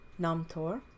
namtor